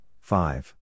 five